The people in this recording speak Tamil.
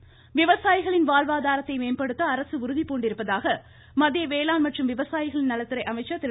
நரேந்திரசிங் தோமர் விவசாயிகளின் வாழ்வாதாரத்தை மேம்படுத்த அரசு உறுதி பூண்டிருப்பதாக மத்திய வேளாண் மற்றும் விவசாயிகள் நலத்துறை அமைச்சர் திரு